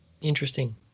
Interesting